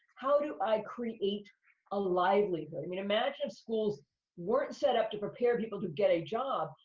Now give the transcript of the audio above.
how do i create a livelihood? i mean, imagine if schools weren't set up to prepare people to get a job,